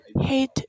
hate